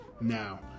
now